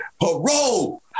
parole